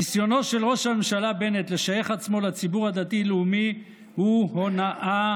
ניסיונו של ראש הממשלה בנט לשייך עצמו לציבור הדתי-לאומי הוא הונאה,